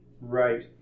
Right